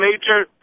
major